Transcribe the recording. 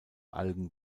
algen